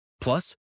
Plus